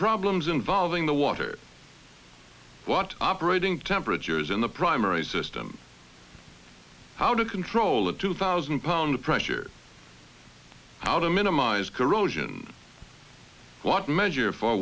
problems involving the water what operating temperatures in the primary system how to control it two thousand pounds of pressure how to minimize corrosion what measure for